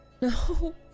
No